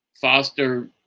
Foster